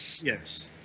Yes